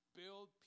build